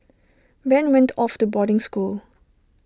Ben went off to boarding school